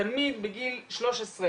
תלמיד בגיל 13,